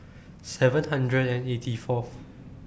seven hundred and eighty Fourth